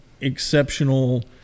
exceptional